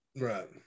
Right